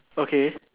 okay